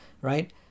right